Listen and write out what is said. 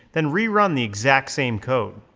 then rerun the exact same code.